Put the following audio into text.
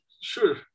Sure